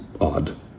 odd